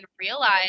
realize